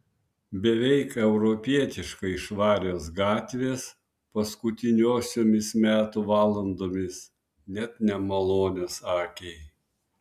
beveik europietiškai švarios gatvės paskutiniosiomis metų valandomis net nemalonios akiai